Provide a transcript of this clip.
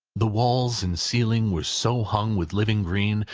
the walls and ceiling were so hung with living green,